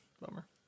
bummer